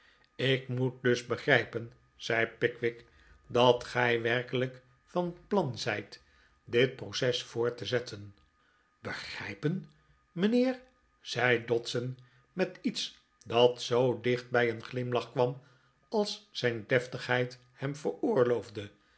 ik moet dus begrijpen zei pickwick dat gij werkelijk van plan zijt dit proces voort te zetten begrijpen mijnheer zei dodson met iets dat zoo dicht bij een glimlach kwam als zijn deftigheid hem